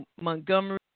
Montgomery